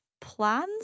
plans